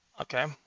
okay